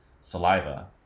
saliva